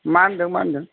मा होनदों मा होनदों